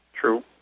True